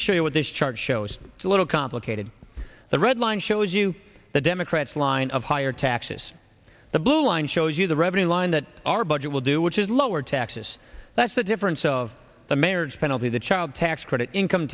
me show you what this chart shows it's a little complicated the red line shows you the democrats line of higher taxes the blue line shows you the revenue line that our budget will do which is lower taxes that's the difference of the marriage penalty the child tax credit income